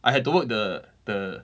I had to work the the